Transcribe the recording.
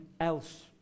else